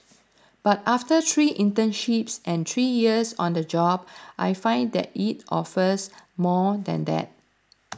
but after three internships and three years on the job I find that it offers more than that